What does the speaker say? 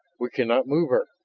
we cannot move her,